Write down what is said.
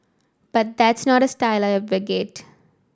but that's not a style I advocate